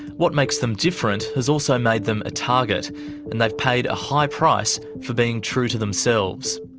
what makes them different has also made them a target and they've paid a high price for being true to themselves.